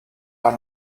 are